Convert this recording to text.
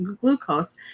glucose